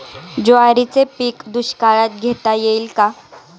ज्वारीचे पीक दुष्काळात घेता येईल का?